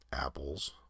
Apples